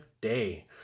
day